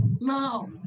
Now